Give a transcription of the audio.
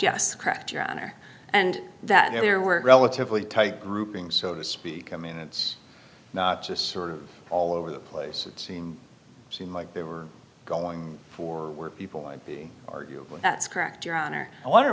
yes craft your honor and that there were relatively tight groupings so to speak i mean it's not just sort of all over the place it seemed seemed like they were going for were people i'd be argue that's correct your honor i wonder